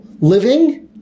living